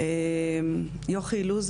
יוכי אילוז,